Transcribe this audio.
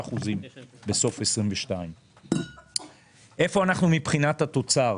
ה-63% בסוף 2022. איפה אנחנו מבחינת התוצר?